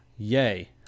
yay